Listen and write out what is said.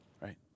Right